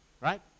Right